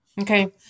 Okay